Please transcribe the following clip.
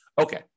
Okay